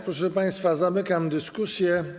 Proszę państwa, zamykam dyskusję.